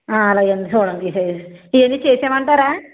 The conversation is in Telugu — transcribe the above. అలాగె అండి చూడండి ఈ సైజు ఇవన్నీ చేసేయ్యమంటారా